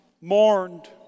mourned